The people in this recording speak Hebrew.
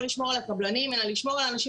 לא לשמור על הקבלנים אלא לשמור על האנשים